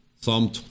Psalm